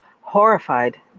Horrified